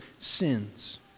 sins